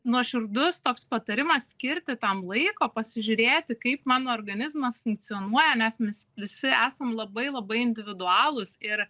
nuoširdus toks patarimas skirti tam laiko pasižiūrėti kaip mano organizmas funkcionuoja nes mis visi esam labai labai individualūs ir